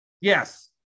Yes